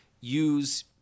use